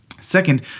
Second